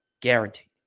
guaranteed